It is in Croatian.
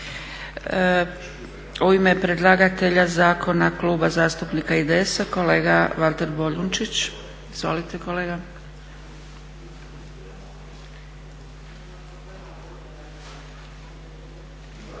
U ime predlagatelja zakona Kluba zastupnika IDS-a kolega Valter Boljunčić. Izvolite kolega.